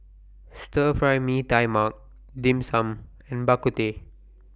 Stir Fry Mee Tai Mak Dim Sum and Bak Kut Teh